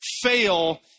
fail